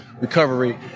recovery